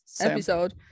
episode